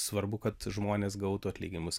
svarbu kad žmonės gautų atlyginimus